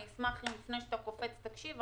אשמח אם לפני שאתה קופץ תקשיב.